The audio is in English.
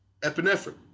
epinephrine